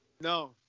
No